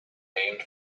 named